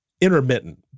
intermittent